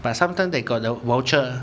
but sometimes they got the voucher